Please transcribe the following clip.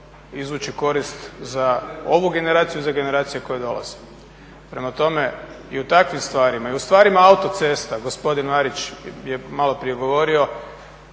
izvući korist za ovu generaciju i za generacije koje dolaze. Prema tome, i u takvim stvarima i u stvarima autocesta, gospodin Marić je maloprije govorio,